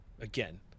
again